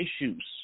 issues